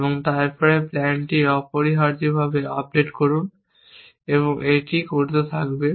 এবং তারপরে প্ল্যানটি অপরিহার্যভাবে আপডেট করুন এবং এটিই করতে থাকবে